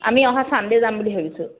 আমি অহা ছানডে যাম বুলি ভাবিছোঁ